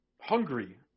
hungry